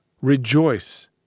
rejoice